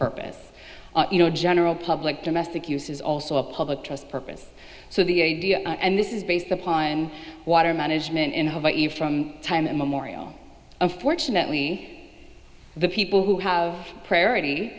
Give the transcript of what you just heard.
purpose you know general public domestic use is also a public trust purpose so the idea and this is based upon water management in hawaii from time immemorial unfortunately the people who have priority